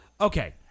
Okay